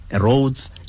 roads